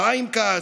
חיים כץ,